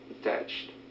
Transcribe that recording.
attached